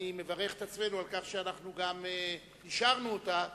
ואני מברך את עצמנו על כך שאנחנו גם אישרנו אותה,